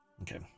Okay